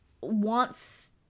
wants